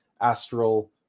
astral